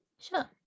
Sure